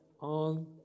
on